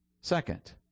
Second